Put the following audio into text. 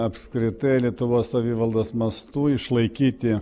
apskritai lietuvos savivaldos mastu išlaikyti